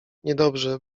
niedobrze